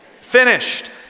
finished